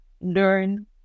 learn